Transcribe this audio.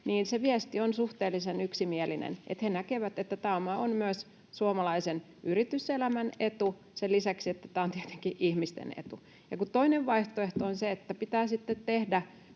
niin se viesti on suhteellisen yksimielinen: he näkevät, että tämä on myös suomalaisen yrityselämän etu sen lisäksi, että tämä on tietenkin ihmisten etu. Kun toinen vaihtoehto on se, että pitää sitten tehdä